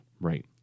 Right